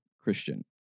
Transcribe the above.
Christian